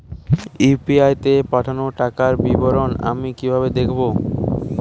UPI তে পাঠানো টাকার বিবরণ আমি কিভাবে দেখবো?